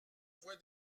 voix